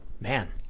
man